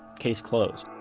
case closed